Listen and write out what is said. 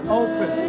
open